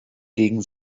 gegen